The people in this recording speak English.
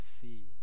see